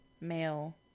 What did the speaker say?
male